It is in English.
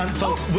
um folks,